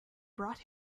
brought